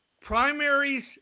primaries